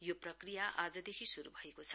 यो प्रक्रिया आजदेखि श्रु भएको छ